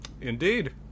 Indeed